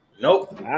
Nope